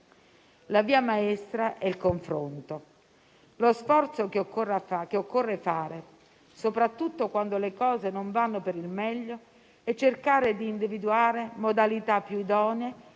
La via maestra è il confronto. Lo sforzo che occorre fare, soprattutto quando le cose non vanno per il meglio, è cercare di individuare modalità più idonee